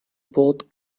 both